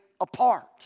apart